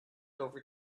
over